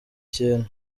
kintu